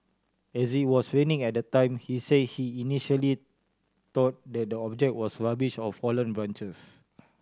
as it was raining at the time he say he initially thought that the object was rubbish or fallen branches